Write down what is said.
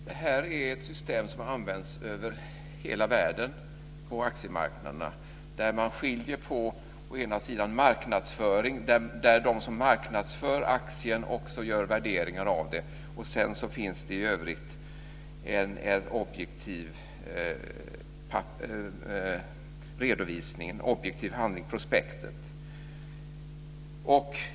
Fru talman! Det här är ett system som har använts över hela världen på aktiemarknaderna. Man skiljer på marknadsföring, där de som marknadsför aktien också gör värderingar av den, och en objektiv redovisning i prospektet.